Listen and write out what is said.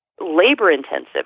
labor-intensive